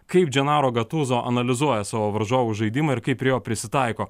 kaip dženaro gatuzo analizuoja savo varžovų žaidimą ir kaip prie jo prisitaiko